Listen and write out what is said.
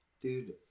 Dude